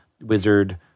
wizard